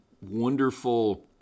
wonderful